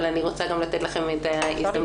אבל אני רוצה לתת לכם את ההזדמנות.